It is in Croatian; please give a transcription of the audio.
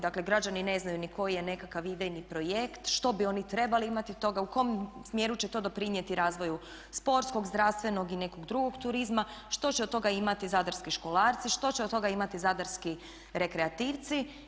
Dakle, građani ne znaju ni koji je nekakav idejni projekt, što bi oni trebali imati od toga, u kom smjeru će to doprinijeti razvoju sportskog, zdravstvenog i nekog drugog turizma, što će od toga imati zadarski školarci, što će od toga imati zadarski rekreativci.